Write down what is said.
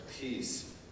peace